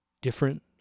different